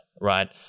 right